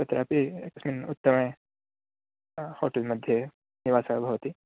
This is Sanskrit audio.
तत्रापि किं उत्तमे होटेल् मध्ये निवासः भवति